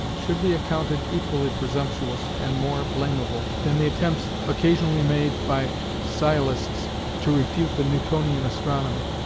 should be accounted equally presumptuous, and more blamable, than the attempts occasionally made by sciolists to refute the newtonian astronomy.